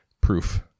proof